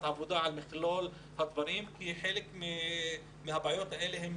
עבודה על מכלול הדברים כי חלק מהבעיות האלה לא